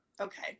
Okay